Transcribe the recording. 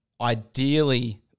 ideally